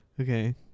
Okay